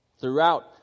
Throughout